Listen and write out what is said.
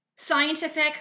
Scientific